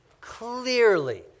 clearly